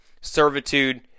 Servitude